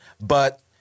But-